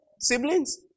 siblings